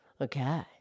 Okay